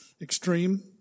extreme